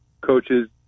coaches